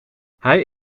hij